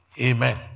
Amen